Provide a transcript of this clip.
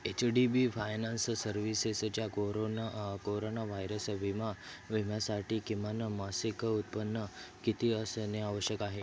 H D B finance सर्व्हिसेसच्या corona corona virus विमा विम्यासाठी किमान मासिक उत्पन्न किती असणे आवश्यक आहे